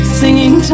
singing